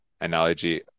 analogy